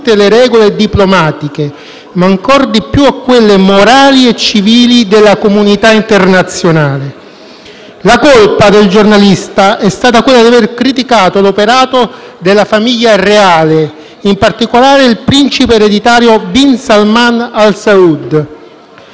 le regole diplomatiche, ma ancor di più a quelle morali e civili della comunità internazionale. La colpa del giornalista è stata quella di aver criticato l'operato della famiglia reale e, in particolare, il principe ereditario Mohammad bin Salman Al Sa'ud.